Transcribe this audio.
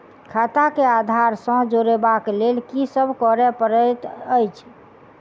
खाता केँ आधार सँ जोड़ेबाक लेल की सब करै पड़तै अछि?